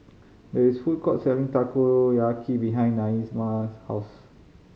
there is a food court selling Takoyaki behind Naima's house